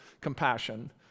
compassion